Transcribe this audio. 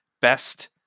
best